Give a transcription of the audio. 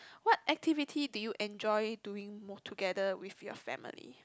what activity do you enjoy doing more together with your family